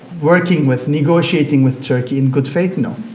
working with, negotiating with turkey in good faith? no,